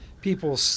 people